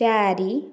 ଚାରି